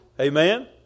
Amen